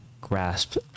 grasp